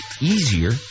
easier